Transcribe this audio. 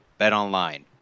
BetOnline